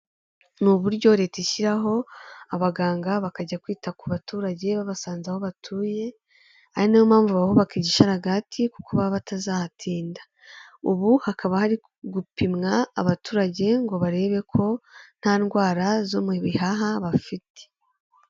Ni uburyo leta ishyiraho abaganga bakajya kwita ku baturage babasanze aho batuye, ari nayo mpamvu bahubaka igishararaga kuko baba batazahatinda, ubu hakaba hari gupimwa abaturage ngo barebe ko nta ndwara zo mu bihaha bafite.